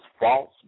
false